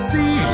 See